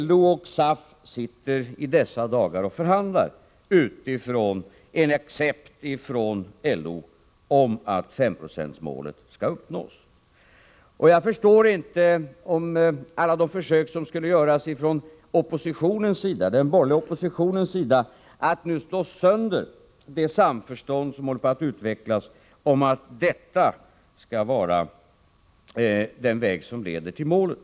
LO och SAF sitter i dessa dagar och förhandlar utifrån en accept från LO om att 5-procentsmålet skall uppnås. Jag förstår inte varför alla dessa försök görs från den borgerliga oppositionens sida att nu slå sönder det samförstånd som håller på att utvecklas om att det här skall vara den väg som leder till målet.